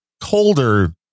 colder